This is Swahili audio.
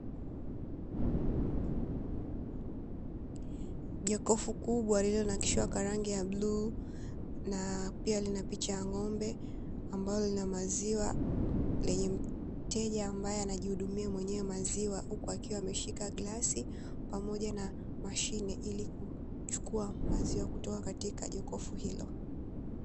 Jokofu kubwa lililonakishiwa kwa rangi ya bluu na pia, lina picha ya ng'ombe ambalo linamaziwa. Lenye mteja mwenyewe ambaye anajihudumia maziwa, akiwa ameshika glasi pamoja na mashine, ili kuchukua maziwa kutoka kwenye jokofu hilo.